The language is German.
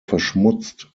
verschmutzt